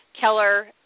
Keller